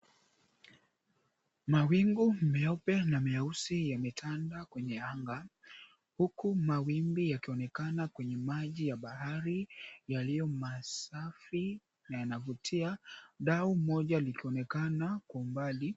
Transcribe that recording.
Mawingu meupe na meusi yametanda kwenye anga huku mawimbi yakionekana kwenye maji ya bahari yaliyomasafi na yanavutia, dau Moja likionekana kwa umbali.